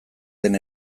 den